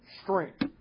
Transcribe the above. strength